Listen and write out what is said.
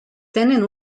tenen